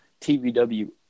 TVW